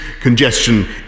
congestion